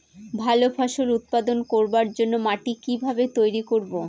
ভালো ফসল উৎপাদন করবার জন্য মাটি কি ভাবে তৈরী করব?